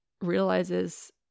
realizes